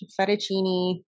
fettuccine